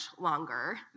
longer